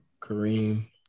Kareem